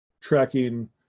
tracking